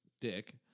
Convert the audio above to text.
dick